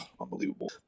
unbelievable